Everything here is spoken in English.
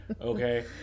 Okay